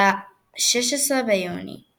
ב-16 ביוני 2022